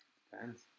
Depends